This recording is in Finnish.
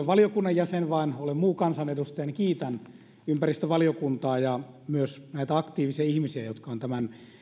valiokunnan jäsen vaan olen muu kansanedustaja niin kiitän ympäristövaliokuntaa ja myös näitä aktiivisia ihmisiä jotka ovat tämän